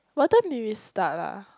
what time did we start ah